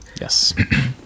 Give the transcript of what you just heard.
Yes